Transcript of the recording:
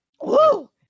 Woo